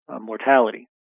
mortality